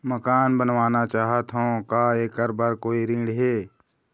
मकान बनवाना चाहत हाव, का ऐकर बर कोई ऋण हे?